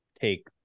take